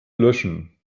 löschen